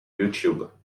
youtube